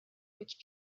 which